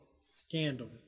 Scandal